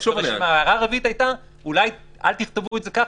הערה רביעית הייתה אל תכתבו את זה כך,